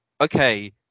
okay